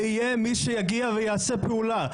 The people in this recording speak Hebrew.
ויהיה מי שיגיע ויעשה פעולה,